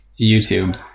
YouTube